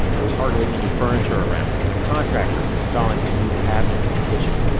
there was hardly any furniture around and a contractor was installing some new cabinets in the kitchen.